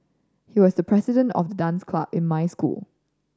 he was the president of the dance club in my school